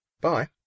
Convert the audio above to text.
Bye